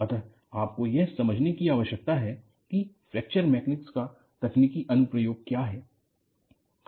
अतः आपको यह समझने की आवश्यकता है कि फ्रैक्चर मैकेनिक्स का तकनीकी अनुप्रयोग क्या है